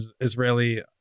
Israeli